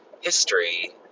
history